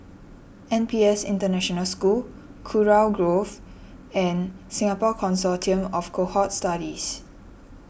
N P S International School Kurau Grove and Singapore Consortium of Cohort Studies